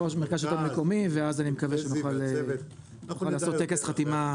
המרכז לשלטון מקומי -- ואז אני מקווה שנוכל לעשות טקס חתימה,